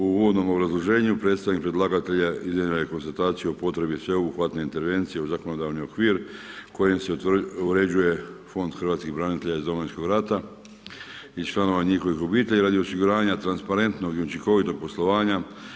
U uvodnom obrazloženju predstavnik predlagatelja iznio je konstataciju o potrebi sveobuhvatne intervencije u zakonodavni okvir kojom se uređuje Fond hrvatskih branitelja iz Domovinskog rata i članova njihovih obitelji radi osiguranja transparentnog i učinkovitog poslovanja.